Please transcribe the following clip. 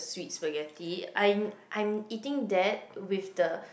sweets spaghetti I'm I'm eating that with the